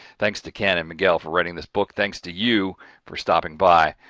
thanks to ken and miguel for writing this book. thanks to you for stopping by.